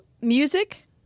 music